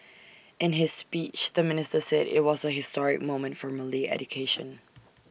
in his speech the minister said IT was A historic moment for Malay education